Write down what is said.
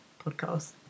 podcast